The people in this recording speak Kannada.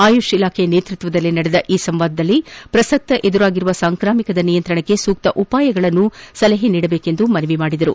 ಆಯುಷ್ ಇಲಾಖೆ ನೇತೃತ್ವದಲ್ಲಿ ನಡೆದ ಈ ಸಂವಾದದಲ್ಲಿ ಪ್ರಸ್ತಕ ಎದುರಾಗಿರುವ ಸಾಂಕ್ರಾಮಿಕದ ನಿಯಂತ್ರಣಕ್ಕೆ ಸೂಕ್ತ ಉಪಾಯಗಳನ್ನು ಶಿಫಾರಸ್ನು ಮಾಡಬೇಕೆಂದು ಮನವಿ ಮಾಡಿದರು